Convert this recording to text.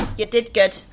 you did good.